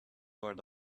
word